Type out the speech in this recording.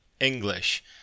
English